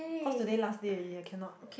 cause today last day already I cannot